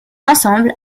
ensemble